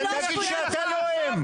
תגיד שאתה לא הם.